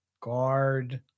guard